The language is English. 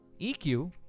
EQ